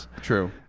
true